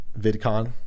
VidCon